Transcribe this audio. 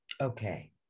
Okay